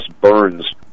burns